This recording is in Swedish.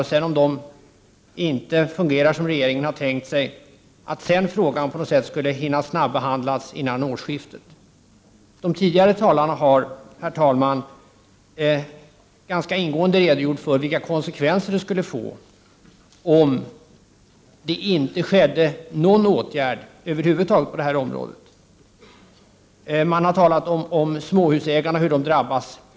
Om dessa sedan inte fungerar som regeringen har tänkt sig, skall frågan då snabbehandlas före årsskiftet? Herr talman! De tidigare talarna har ganska ingående redogjort för vilka konsekvenser som skulle uppstå om inte någon åtgärd skulle vidtas på det här området. Det har talats om småhusägarna och hur de kommer att drabbas.